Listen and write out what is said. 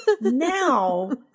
Now